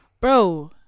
bro